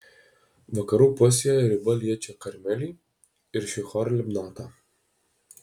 vakarų pusėje riba liečia karmelį ir šihor libnatą